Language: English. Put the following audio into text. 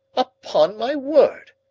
upon my word!